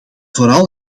vooral